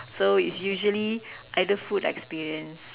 so it's usually either food experience